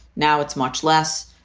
now it's much less.